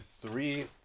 three